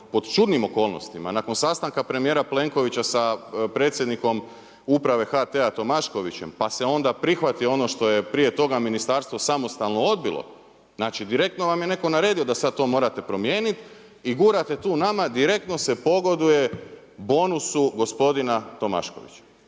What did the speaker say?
pod čudnim okolnostima, nakon sastanka premijera Plenkovića sa predsjednikom Uprave HT-a Tomaškovićem, pa se onda prihvati ono što je prije toga ministarstvo samostalno odbilo. Znači direktno vam je netko naredio da sad to morate promijeniti i gurate tu nama, direktno se pogoduje bonusu gospodina Tomaškovića.